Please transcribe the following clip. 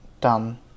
done